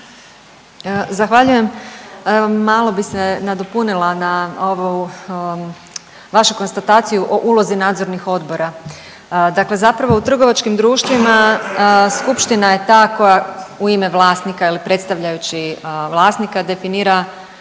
Zahvaljujem. Malo bi se nadopunila na ovu vašu konstataciju o ulozi nadzornih odbora. Dakle zapravo u trgovačkim društvima skupština je ta koja u ime vlasnika ili predstavljajući vlasnika definira